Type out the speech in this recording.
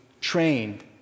trained